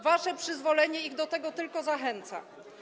Wasze przyzwolenie ich do tego tylko zachęca.